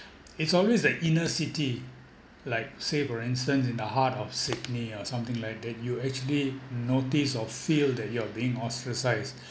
it's always the inner city like say for instance in the heart of sydney or something like that you actually notice or feel that you are being ostracised